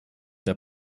der